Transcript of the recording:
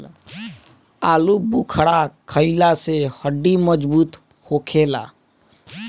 आलूबुखारा खइला से हड्डी मजबूत होखेला